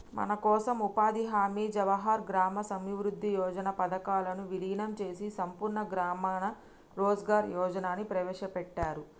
మనకోసం ఉపాధి హామీ జవహర్ గ్రామ సమృద్ధి యోజన పథకాలను వీలినం చేసి సంపూర్ణ గ్రామీణ రోజ్గార్ యోజనని ప్రవేశపెట్టారు